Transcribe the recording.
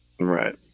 Right